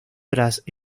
tras